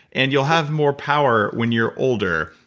and you'll have more power when you're older,